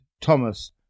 Thomas